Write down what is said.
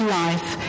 life